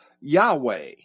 Yahweh